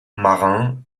marin